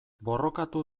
borrokatu